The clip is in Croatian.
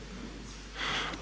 Hvala.